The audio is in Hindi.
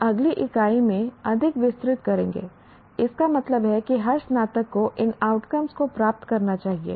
हम अगली इकाई में अधिक विस्तृत करेंगे इसका मतलब है कि हर स्नातक को इन आउटकम को प्राप्त करना चाहिए